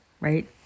right